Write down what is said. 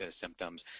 symptoms